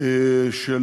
של